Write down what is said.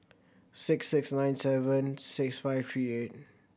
six six nine seven six five three eight